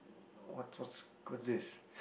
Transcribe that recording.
what's what's what's this